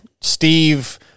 Steve